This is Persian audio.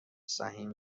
سهیم